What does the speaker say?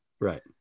right